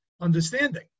understanding